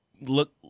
look